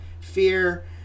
fear